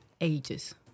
ages